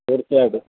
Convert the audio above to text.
തീർച്ചയായിട്ടും